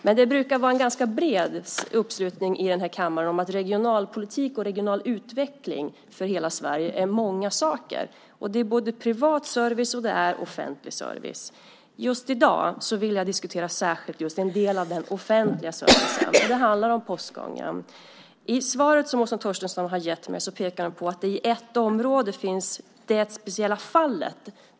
Men det brukar vara en ganska bred uppslutning i den här kammaren när det gäller att regionalpolitik och regional utveckling för hela Sverige är många saker. Och det är både privat service och offentlig service. Just i dag vill jag särskilt diskutera en del av den offentliga servicen, och det handlar om postgången. I svaret som Åsa Torstensson har gett mig pekar hon på att det i ett område finns ett speciellt fall.